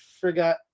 forgot